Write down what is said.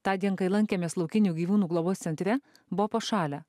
tądien kai lankėmės laukinių gyvūnų globos centre buvo pašalę